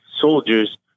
soldiers